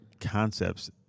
concepts